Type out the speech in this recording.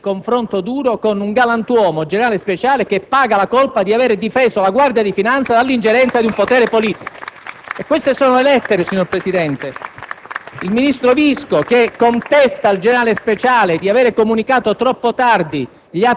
Questo Governo, per la prima volta nella storia, decide di delegare i rapporti con la Guardia di finanza ad un proprio Vice ministro. Signor Presidente, non era mai successo; non ci sono precedenti anche perché credo che la norma